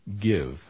give